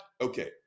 Okay